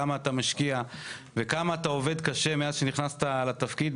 רואה כמה אתה משקיע וכמה אתה עובד קשה מאז שנכנסת לתפקיד,